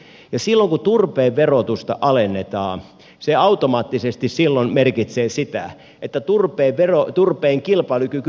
ja silloin kun turpeen verotusta alennetaan se automaattisesti merkitsee sitä että turpeen kilpailukyky paranee